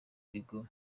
bigo